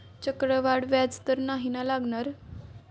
चक्रवाढ व्याज तर नाही ना लागणार?